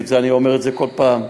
ואני אומר את זה כל פעם,